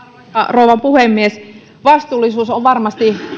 rouva puhemies vastuullisuus on varmasti